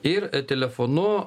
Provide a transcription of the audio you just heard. ir telefonu